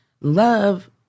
Love